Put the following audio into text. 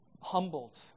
humbled